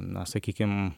na sakykim